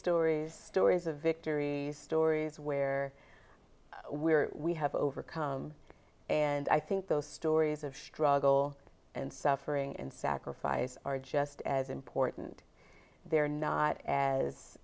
stories stories of victories stories where we're we have overcome and i think those stories of struggle and suffering and sacrifice are just as important they're not as